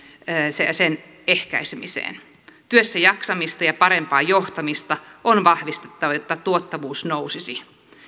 sen sen ehkäisemiseen työssäjaksamista ja ja parempaa johtamista on vahvistettava jotta tuottavuus nousisi